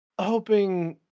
hoping